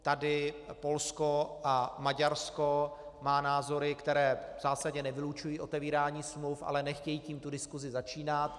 Tady Polsko a Maďarsko má názory, které v zásadě nevylučují otevírání smluv, ale nechtějí tím tu diskusi začínat.